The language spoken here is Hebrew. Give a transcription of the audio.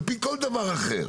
על פי כל דבר אחר.